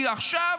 כי עכשיו